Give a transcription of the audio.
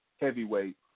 heavyweight